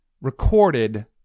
recorded